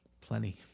Plenty